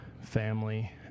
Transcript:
family